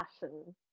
passion